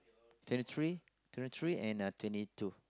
twenty three twenty three and uh twenty two